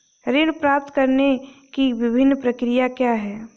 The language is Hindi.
ऋण प्राप्त करने की विभिन्न प्रक्रिया क्या हैं?